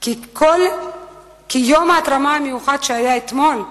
כי יום ההתרמה המיוחד שהיה אתמול עלה,